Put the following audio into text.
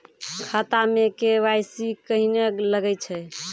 खाता मे के.वाई.सी कहिने लगय छै?